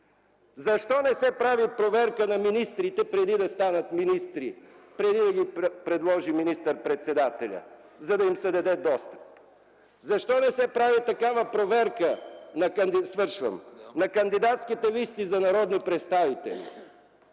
Защо не се прави проверка на министрите, преди да станат министри, преди да ги предложи министър-председателят, за да им се даде достъп?! Защо не се прави такава проверка на кандидатските листи за народни представители?!